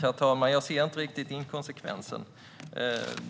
Herr talman! Jag ser inte riktigt inkonsekvensen.